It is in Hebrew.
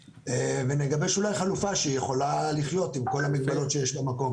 ונגבש אולי חלופה שיכולה לחיות עם כל המגבלות שיש למקום.